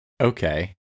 Okay